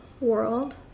world